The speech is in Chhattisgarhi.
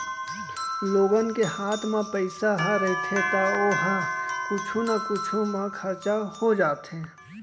लोगन के हात म पइसा ह रहिथे त ओ ह कुछु न कुछु म खरचा हो जाथे